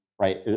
right